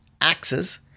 axes